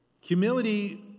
Humility